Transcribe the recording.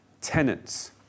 tenants